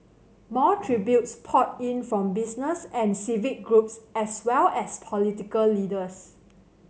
more tributes poured in from business and civic groups as well as political leaders